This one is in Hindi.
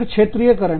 फिर क्षेत्रीय करण